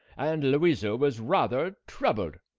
and louisa was rather troubled.